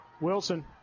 Wilson